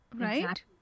right